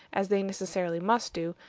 as they necessarily must do,